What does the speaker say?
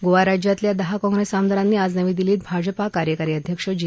गोवा राज्यातल्या दहा काँग्रेस आमदारांनी आज नवी दिल्लीत भाजपा कार्यकारी अध्यक्ष जे